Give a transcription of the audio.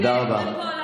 תודה רבה.